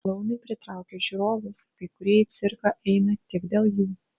klounai pritraukia žiūrovus kai kurie į cirką eina tik dėl jų